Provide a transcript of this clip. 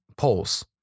polls